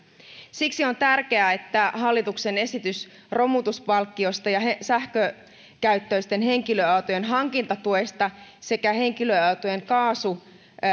siksi on tärkeää että hallituksen esitys romutuspalkkiosta ja sähkökäyttöisten henkilöautojen hankintatuesta sekä henkilöautojen kaasu